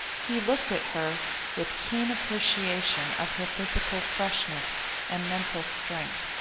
he looked at her with keen appreciation of her physical freshness and mental strength,